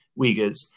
Uyghurs